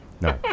No